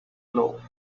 glove